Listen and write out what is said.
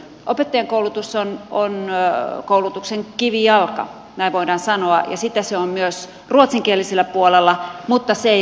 opettajankoulutus on koulutuksen kivijalka näin voidaan sanoa ja sitä se on myös ruotsinkielisellä puolella mutta se ei ole riittävää